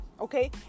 okay